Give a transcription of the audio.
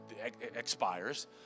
expires